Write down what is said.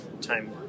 time